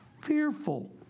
fearful